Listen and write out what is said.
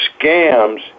scams